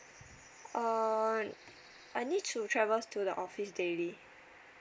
uh I need to travel to the office daily